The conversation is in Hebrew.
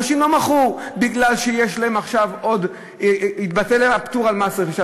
אנשים לא מכרו בגלל שהתבטל להם הפטור ממס רכישה.